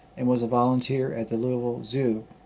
and was a volunteer at the louisville zoo.